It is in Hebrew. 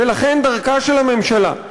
ולכן דרכה של הממשלה,